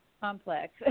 complex